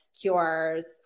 cures